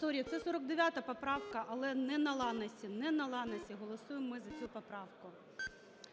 Sorry, це 49 поправка. Але не на "Ланосі", не на "Ланосі", голосуємо ми за цю поправку.